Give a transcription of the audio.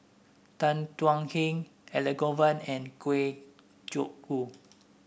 Tan Thuan Heng Elangovan and Kwa Geok Choo